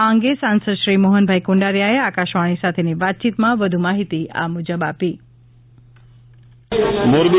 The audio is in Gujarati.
આ અંગે સાંસદ શ્રી મોહનભાઇ કુંડારીયાએ આકાશવાણી સાથેની વાતચીતમાં વધુ માહિતી આપી